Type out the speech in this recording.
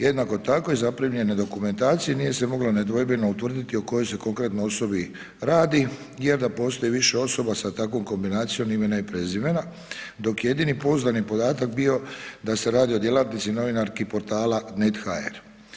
Jednako tako iz zaprimljene dokumentacije nije se moglo nedvojbeno utvrditi o kojoj se konkretno osobi radi jer da postoji više osoba sa takvom kombinacijom imena i prezimena, dok je jedini pouzdani podatak bio da se radi o djelatnici novinarki portala Net.hr.